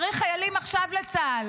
צריך חיילים עכשיו לצה"ל.